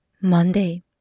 Monday